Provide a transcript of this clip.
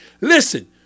Listen